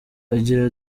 agira